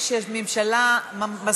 כדי להתמודד עם התופעה הזאת.